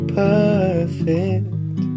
perfect